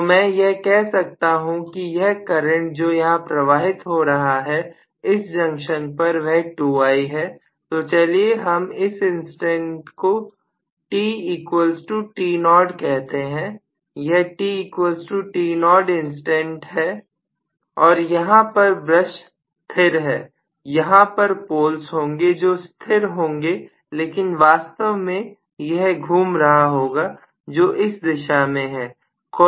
तो मैं यह कह सकता हूं कि यह करंट जो यहां प्रवाहित हो रहा है इस जंक्शन पर वह 2I है तो चलिए हम इस इंस्टेंट को tt0 कहते हैं यह tt0 इंसटेंट है और यहां पर ब्रश स्थिर है यहां पर पोल्स होंगे जो स्थिर होंगे लेकिन वास्तव में यह घूम रहा होगा जो इस दिशा में है